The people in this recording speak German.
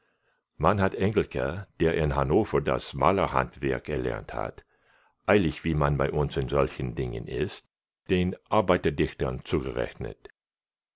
man hat engelke der in hannover das malerhandwerk erlernt hat eilig wie man bei uns in solchen dingen ist den arbeiterdichtern zugerechnet